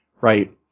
right